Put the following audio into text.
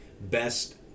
best